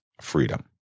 freedom